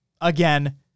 again